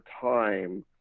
time